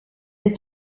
est